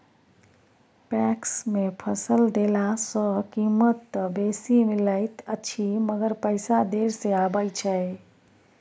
PACS मे फसल देला सॅ कीमत त बेसी मिलैत अछि मगर पैसा देर से आबय छै